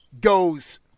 goes